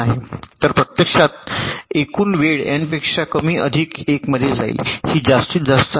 तर प्रत्यक्षात एकूण वेळ एन पेक्षा कमी अधिक 1 मध्ये जाईल ही जास्तीत जास्त आहे